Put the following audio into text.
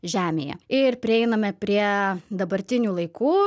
žemėje ir prieiname prie dabartinių laikų